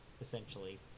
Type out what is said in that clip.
essentially